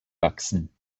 wachsen